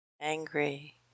angry